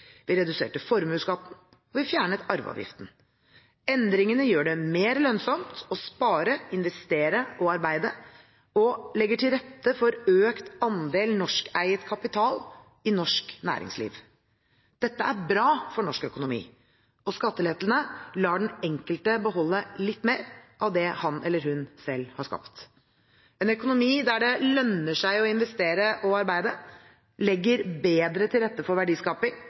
Vi reduserte formuesskatten, og vi fjernet arveavgiften. Endringene gjør det mer lønnsomt å spare, investere og arbeide og legger til rette for økt andel norskeiet kapital i norsk næringsliv. Dette er bra for norsk økonomi, og skattelettene lar den enkelte beholde litt mer av det han eller hun selv har skapt. En økonomi der det lønner seg å investere og arbeide, legger bedre til rette for verdiskaping,